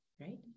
right